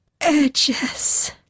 Edges